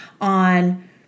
on